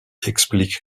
explique